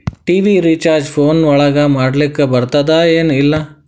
TV recharge phone ಒಳಗ ಮಾಡ್ಲಿಕ್ ಬರ್ತಾದ ಏನ್ ಇಲ್ಲ?